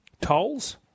tolls